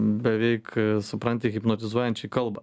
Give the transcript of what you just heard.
beveik supranti hipnotizuojančiai kalba